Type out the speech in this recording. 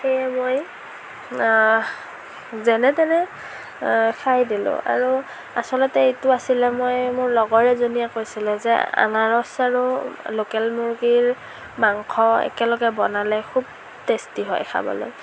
সেয়ে মই যেনে তেনে খাই দিলোঁ আৰু আচলতে এইটো আছিলে মই মোৰ লগৰে এজনীয়ে কৈছিলে যে আনাৰস আৰু লোকেল মুৰ্গীৰ মাংস একেলগে বনালে খুব টেষ্টি হয় খাবলৈ